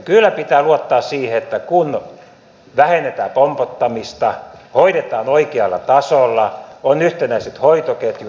kyllä pitää luottaa siihen että säästetään kun vähennetään pompottamista hoidetaan oikealla tasolla on yhtenäiset hoitoketjut